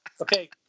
Okay